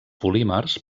polímers